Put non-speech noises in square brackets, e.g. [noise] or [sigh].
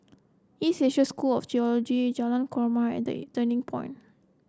East Asia School of Theology Jalan Korma and The [unintelligible] Turning Point